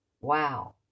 Wow